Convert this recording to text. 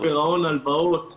-- גרייס על פירעון הלוואות מבנקים.